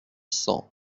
cents